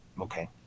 Okay